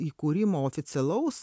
įkūrimo oficialaus